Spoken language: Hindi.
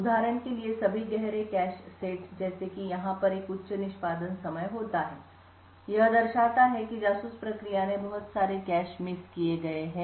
उदाहरण के लिए सभी गहरे कैश सेट जैसे कि यहां पर एक उच्च निष्पादन समय होता है यह दर्शाता है कि जासूस प्रक्रिया ने बहुत सारे कैश मिस किए हैं